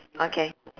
okay